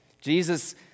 Jesus